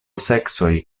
seksoj